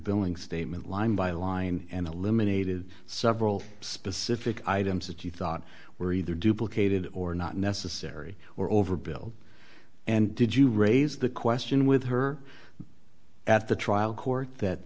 billing statement line by line and eliminated several specific items that you thought were either duplicated or not necessary or overbill and did you raise the question with her at the trial court that